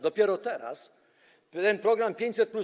Dopiero teraz jest program 500+.